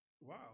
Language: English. wow